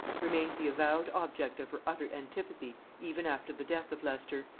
remained the avowed object of her utter antipathy even after the death of leicester,